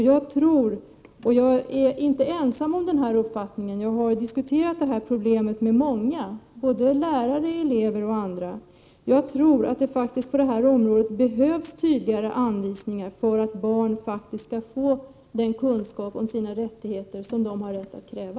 Jag är inte ensam om den här uppfattningen. Jag har diskuterat det här problemet med många — såväl lärare och elever som andra. Jag tror att det behövs tydligare anvisningar för att barn skall få den kunskap om sina rättigheter som de har rätt att kräva.